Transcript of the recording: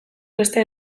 beste